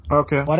okay